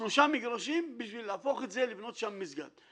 שלושה מגרשים בשביל להפוך את זה לבנות שם מסגד.